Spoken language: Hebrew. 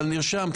אבל נרשמת,